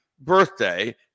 Birthday